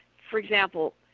for example,